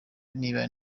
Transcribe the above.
niba